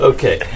Okay